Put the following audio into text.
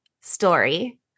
story